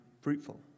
fruitful